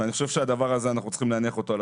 אני חושב שאנחנו צריכים להניח את זה